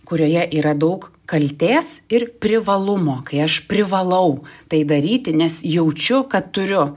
kurioje yra daug kaltės ir privalumo kai aš privalau tai daryti nes jaučiu kad turiu